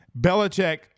Belichick